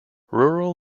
rural